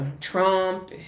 Trump